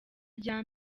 rya